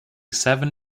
seven